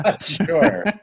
Sure